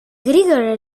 γρήγορα